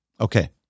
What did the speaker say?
Okay